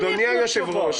אדוני היושב-ראש,